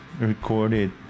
recorded